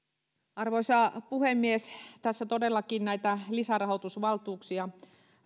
arvoisa puhemies tässä todellakin näitä lisärahoitusvaltuuksia